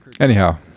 anyhow